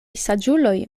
saĝuloj